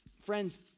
Friends